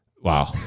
wow